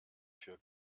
für